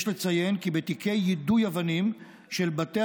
יש לציין כי בתיקי יידוי אבנים של בתי